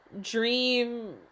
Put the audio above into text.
dream